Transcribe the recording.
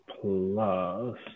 plus